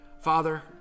Father